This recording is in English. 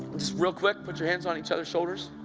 just really quick, put your hands on each other's' shoulders.